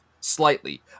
Slightly